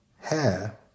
hair